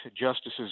Justices